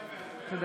(קוראת